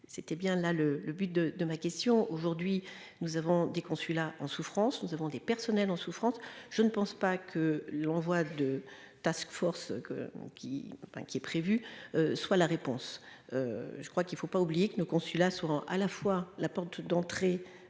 c'était bien là le le but de de ma question, aujourd'hui, nous avons des consulats en souffrance, nous avons des personnels en souffrance, je ne pense pas que l'envoi de task force que qui, enfin qui est prévu, soit la réponse, je crois qu'il ne faut pas oublier que nos consulats à la fois la porte d'entrée